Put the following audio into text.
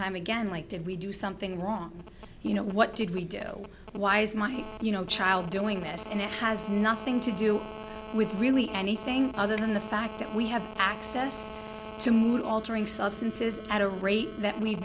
time again like did we do something wrong you know what did we do why is my child doing this and it has nothing to do with really anything other than the fact that we have access to mood altering substances at a rate that we'